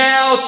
Now